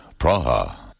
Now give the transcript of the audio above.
Praha